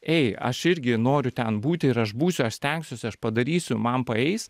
ei aš irgi noriu ten būti ir aš būsiu aš stengsiuosi aš padarysiu man paeis